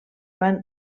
van